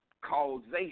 causation